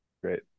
Great